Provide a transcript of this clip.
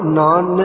non